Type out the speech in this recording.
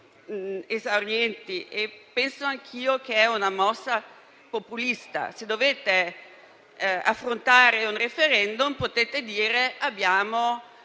esaurienti e penso anch'io che sia una mossa populista. Se dovete affrontare un *referendum*, potete dire che avete